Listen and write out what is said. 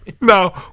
No